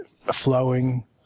flowing